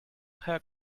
her